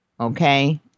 Okay